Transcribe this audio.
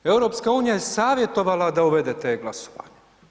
EU je savjetovala da uvedete e-Glasovanje.